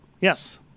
Yes